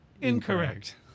Incorrect